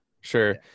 sure